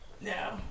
No